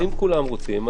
אז אם כולם רוצים,